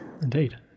Indeed